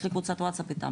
יש לי קבוצת ווטסאפ איתם,